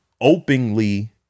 openly